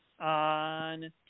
on